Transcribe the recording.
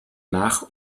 nach